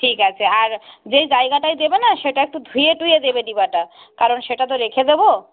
ঠিক আছে আর যেই জায়গাটায় দেবে না সেটা একটু ধুয়ে টুয়ে দেবে ডিবাটা কারণ সেটা তো রেখে দেবো